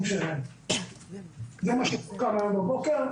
אני מסכים אתה אם זה קורה בעולם מושלם אבל